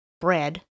Bread